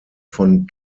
von